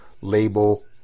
label